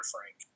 Frank